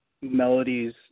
melodies